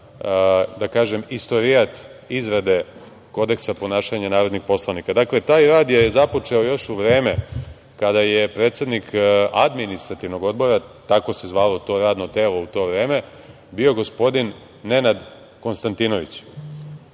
vezane za istorijat izrade kodeksa ponašanja narodnih poslanika. Dakle, taj rad je započeo još u vreme kada je predsednik Administrativnog odbora, tako se zvalo to radno telo u to vreme, bio gospodin Nenad Konstantinović.